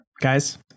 guys